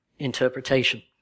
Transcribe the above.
interpretation